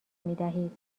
میدهید